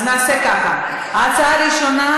אז נעשה ככה, ההצעה הראשונה,